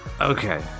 Okay